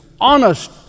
honest